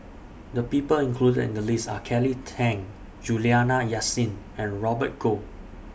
The People included in The list Are Kelly Tang Juliana Yasin and Robert Goh